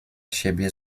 siebie